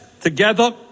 together